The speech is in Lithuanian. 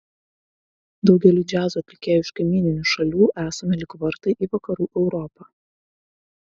daugeliui džiazo atlikėjų iš kaimyninių šalių esame lyg vartai į vakarų europą